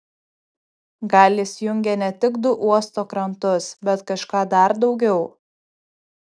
gal jis jungė ne tik du uosto krantus bet kažką dar daugiau